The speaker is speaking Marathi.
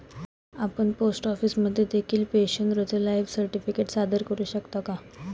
आपण पोस्ट ऑफिसमध्ये देखील पेन्शनरचे लाईफ सर्टिफिकेट सादर करू शकता